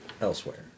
elsewhere